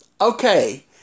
Okay